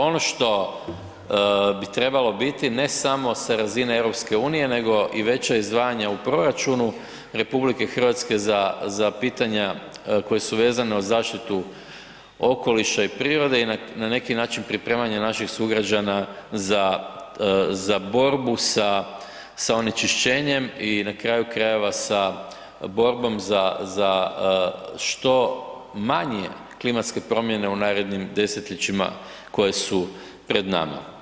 Ono što bi trebalo biti ne samo sa razine EU nego i veća izdvajanja u proračunu RH za, za pitanja koja su vezana za zaštitu okoliša i prirode i na neki način pripremanja naših sugrađana za, za borbu sa, sa onečišćenjem i na kraju krajeva sa borbom za, za što manje klimatske promjene u narednim desetljećima koji su pred nama.